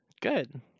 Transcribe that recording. Good